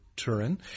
Turin